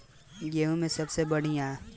गेहूं में सबसे बढ़िया उच्च उपज वाली किस्म कौन ह?